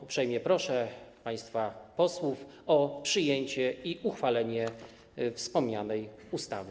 Uprzejmie proszę państwa posłów o przyjęcie, uchwalenie wspomnianej ustawy.